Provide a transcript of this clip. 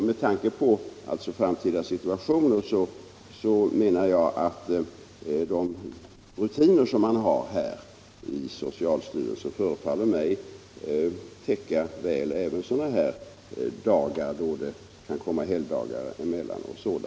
Med tanke på framtida situationer menar jag att de rutiner som finns i socialstyrelsen tycks väl täcka även perioder med helgdagar insprängda.